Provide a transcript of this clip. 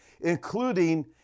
including